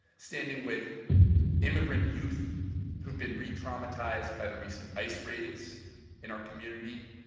standing with immigrant youth who've been re-traumatized by the recent ice raids in our community.